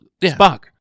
spock